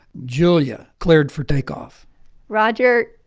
julia, cleared for takeoff roger.